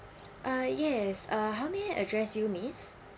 ah yes uh how may I address you miss